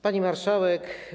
Pani Marszałek!